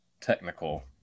technical